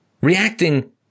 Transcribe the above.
Reacting